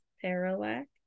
parallax